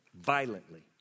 violently